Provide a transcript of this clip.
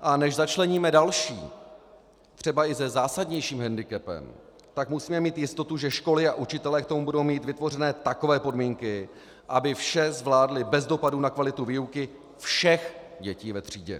a než začleníme další, třeba i se zásadnějším hendikepem, tak musíme mít jistotu, že školy a učitelé k tomu budou mít vytvořeny takové podmínky, aby vše zvládli bez dopadu na kvalitu výuky všech dětí ve třídě.